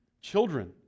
Children